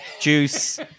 juice